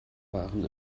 waren